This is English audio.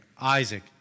Isaac